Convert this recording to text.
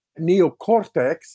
neocortex